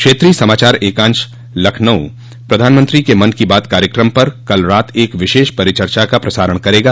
क्षेत्रीय समाचार एकांश लखनऊ प्रधानमंत्री के मन की बात कार्यक्रम पर कल रात एक विशेष परिचर्चा का प्रसारण करेगा